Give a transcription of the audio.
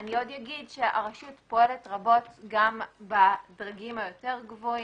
אני אומר שהרשות פועלת רבות גם בדרגים היותר גבוהים,